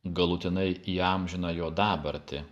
galutinai įamžino jo dabartį